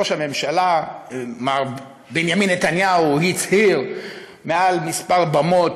ראש הממשלה מר בנימין נתניהו הצהיר מעל כמה במות,